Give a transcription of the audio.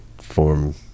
form